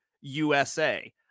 USA